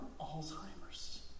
Alzheimer's